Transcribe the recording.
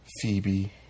Phoebe